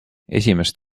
esimest